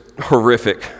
horrific